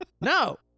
No